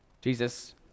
Jesus